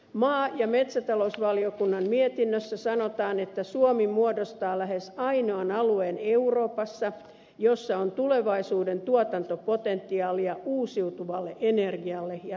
maa ja metsätalousvaliokunnan mietinnössä sanotaan että suomi muodostaa lähes ainoan alueen euroopassa jossa on tulevaisuuden tuotantopotentiaalia uusiutuvalle energialle ja ruualle